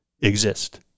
exist